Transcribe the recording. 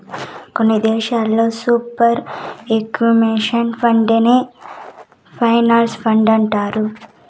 కొన్ని దేశాల్లో superannuation ఫండేనే పెన్సన్ ఫండంటారు